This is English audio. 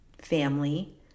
family